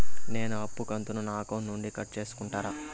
నేను అప్పు కంతును నా అకౌంట్ నుండి కట్ సేసుకుంటారా?